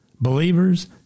Believers